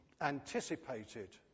anticipated